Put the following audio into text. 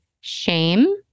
shame